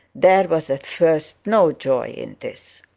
there was at first no joy in this.